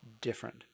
different